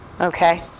Okay